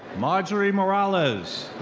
marjorie morales.